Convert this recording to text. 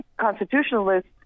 constitutionalists